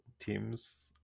teams